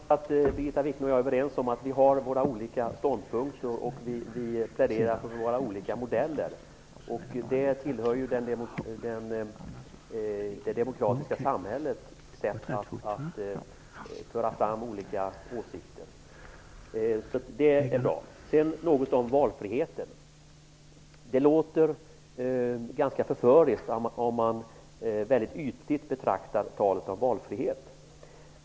Herr talman! Det är bra att Birgitta Wichne och jag är överens om att vi har våra olika ståndpunkter när det gäller att värdera våra olika modeller. Det är en del av det demokratiska samhällets sätt att fungera att man för fram olika åsikter. Det är bra. Sedan vill jag säga något om valfriheten. Om man mycket ytligt lyssnar till talet om valfrihet låter det ganska förföriskt.